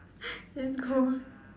just go ah